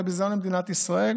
זה ביזיון למדינת ישראל.